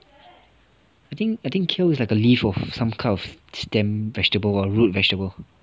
I think I think kale is like the leaf of some kind of stem vegetable or root vegetable